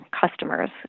customers